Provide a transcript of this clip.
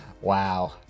Wow